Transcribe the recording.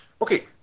okay